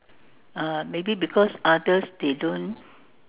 uh maybe because others they don't